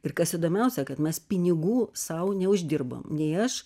ir kas įdomiausia kad mes pinigų sau neuždirbom nei aš